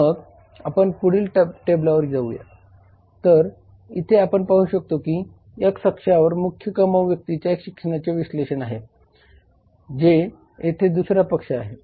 मग आपण पुढील टेबलवर जाऊया तर इथे आपण पाहू शकतो की x अक्षावर मुख्य कमावू व्यक्तीच्या शिक्षणाचे विश्लेषण आहे जे येथे दुसरा प्रश्न आहे